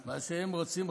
את מה שהם רוצים,